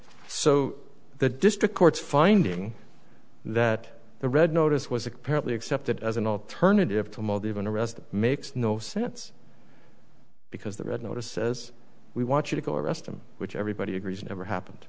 so the district courts finding that the red notice was apparently accepted as an alternative to mold even arrest makes no sense because the red notice says we want you to go arrest him which everybody agrees never happened